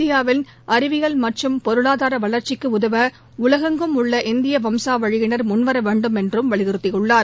இந்தியாவின் அறிவியல் மற்றும் பொருளாதார வளர்ச்சிக்கு உதவ உலகெங்கும் உள்ள இந்திய வம்சா வழியினர் முன்வர வேண்டும் என்று வலியுறுத்தியுள்ளார்